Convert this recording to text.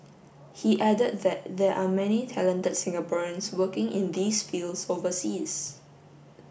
he added that there are many talented Singaporeans working in these fields overseas